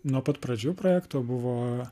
nuo pat pradžių projekto buvo